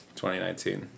2019